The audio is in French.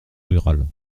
rurales